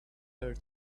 better